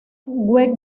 web